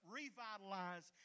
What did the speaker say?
revitalize